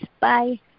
Bye